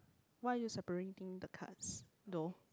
why are you separating the cards though